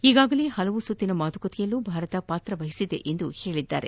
ಈಗಾಗಲೇ ಹಲವಾರು ಸುತ್ತಿನ ಮಾತುಕತೆಯಲ್ಲೂ ಭಾರತ ಪಾತ್ರ ವಹಿಸಿದೆ ಎಂದು ಹೇಳಿದ್ದಾರೆ